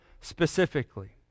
specifically